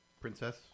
princess